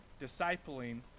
discipling